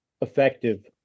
effective